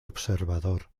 observador